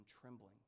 trembling